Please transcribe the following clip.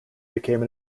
became